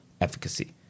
efficacy